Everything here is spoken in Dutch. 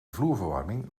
vloerverwarming